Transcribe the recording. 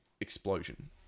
explosion